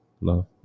love